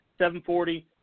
740